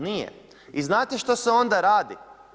Nije, i znate što se onda radi?